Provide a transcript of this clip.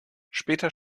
später